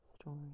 story